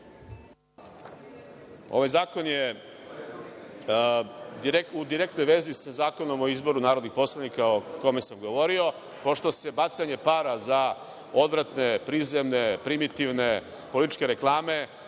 Ovaj zakon je u direktnoj vezi sa Zakonom o izboru narodnih poslanika o kome sam govorio, pošto se bacanje para za odvratne, prizemne, primitivne političke reklame